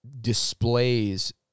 displays